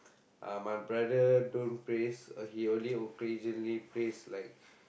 uh my brother don't prays he only occasionally prays like